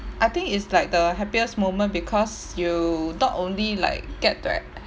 I think it's like the happiest moment because you not only like get to